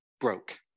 broke